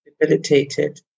debilitated